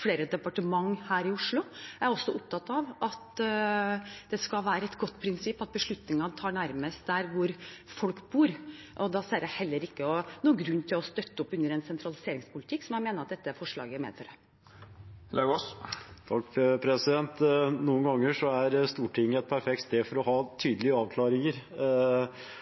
flere departement her i Oslo. Jeg er opptatt av og at det er et godt prinsipp at beslutningene tas nærmest der folk bor, og da ser jeg heller ikke noen grunn til å støtte oppunder en sentraliseringspolitikk som jeg mener dette forslaget medfører. Noen ganger er Stortinget et perfekt sted for å ha tydelige avklaringer.